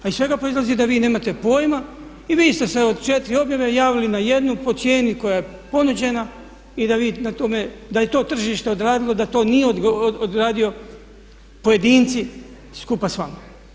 Pa iz svega proizlazi da vi nemate pojma i vi ste se od 4 objave javili na jednu po cijeni koja je ponuđena i da vi na tome, da je to tržište odradilo, da to nisu odradili pojedinci skupa s vama.